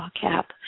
cap